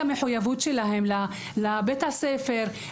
מחזק את המחויבות שלהם לבית הספר,